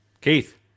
Keith